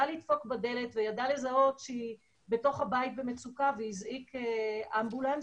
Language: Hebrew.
ידע לדפוק בדלת וידע לזהות שהיא בבית במצוקה והזעיק אמבולנס.